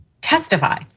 testify